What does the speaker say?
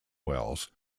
wells